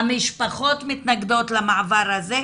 המשפחות מתנגדות למעבר הזה.